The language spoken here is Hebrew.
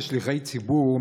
כשליחי ציבור,